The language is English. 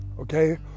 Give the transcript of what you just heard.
okay